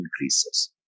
increases